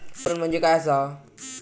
विपणन म्हणजे काय असा?